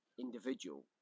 individual